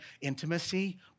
intimacy